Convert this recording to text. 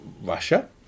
Russia